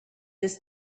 just